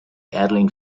airline